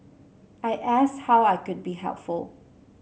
I ask how I could be helpful